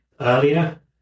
earlier